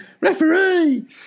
Referee